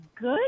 Good